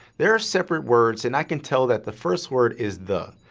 there are separate words and i can tell that the first word is the,